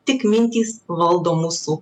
tik mintys valdo mūsų